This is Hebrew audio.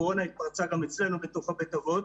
הקורונה התפרצה גם אצלנו בתוך בית האבות.